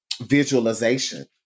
Visualization